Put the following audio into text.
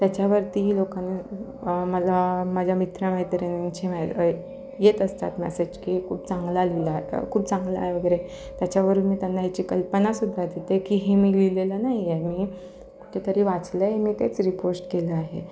त्याच्यावरती लोकांनी मला माझ्या मित्र मैत्रिणींची येत असतात मॅसेज की खूप चांगला लिहिलं आहे खूप चांगलं आहे वगैरे त्याच्यावरून मी त्यांना याची कल्पनासुद्धा देते की हे मी लिहिलेलं नाही आहे मी कुठेतरी वाचलं मी तेच रिपोस्ट केलं आहे